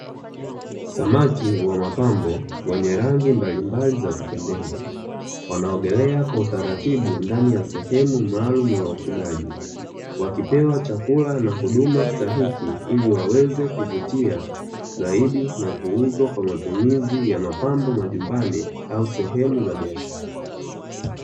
Samaki wa mapambo wenye rangi mbalimbali za kupendeza, wanaogelea kwa utaratibu ndani ya sehemu maalumu ya ufugaji, wakipewa chakula na huduma stahiki ili waweze kuvutia zaidi na kuuzwa kwa matumizi ya mapambo majumbani au sehemu za biashara.